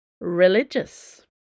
religious